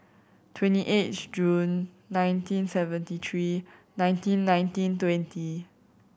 twenty eighth June nineteen seventy three nineteen nineteen twenty